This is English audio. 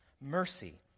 mercy